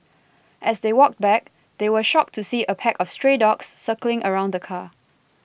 as they walked back they were shocked to see a pack of stray dogs circling around the car